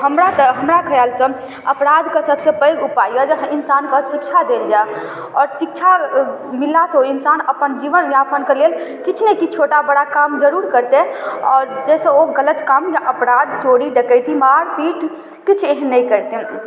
हमरा तऽ हमरा खिआलसँ अपराधके सबसँ पैघ उपाय अइ जे इन्सानके शिक्षा देल जाए आओर शिक्षा मिललासँ ओ इन्सान अपन जीवनयापनके लेल किछु नहि किछु छोटा बड़ा काम जरूर करतै आओर जाहिसँ ओ गलत काम या अपराध चोरी डकैती मारिपीट किछु एहन नहि करतै